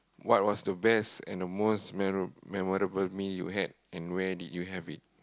what was the best and the most memo~ memorable meal you had and where did you have it